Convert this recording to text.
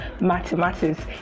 Mathematics